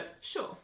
sure